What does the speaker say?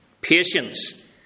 patience